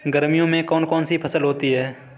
गर्मियों में कौन कौन सी फसल होती है?